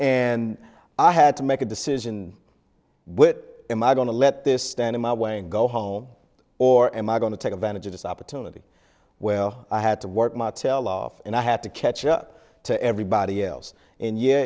and i had to make a decision which in my going to let this stand in my way and go home or am i going to take advantage of this opportunity well i had to work my tail off and i had to catch up to everybody else in y